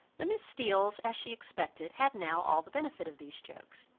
the miss steeles, as she expected, had now all the benefit of these jokes,